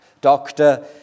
doctor